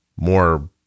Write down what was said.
more